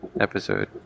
episode